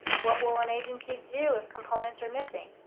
what will an agency do if components are missing?